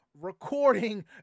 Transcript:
recording